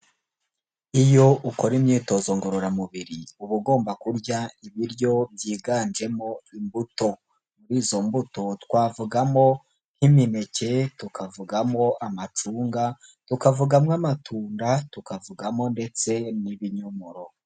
Iyo ukora imyitozo ngororamubiri, uba ugomba kurya ibiryo byiganjemo imbuto. Muri izo mbuto twavugamo nk'imineke, tukavugamo amacunga, tukavugamo amatunda, tukavugamo ndetse n'ibinyomoro.